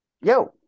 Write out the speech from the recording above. yo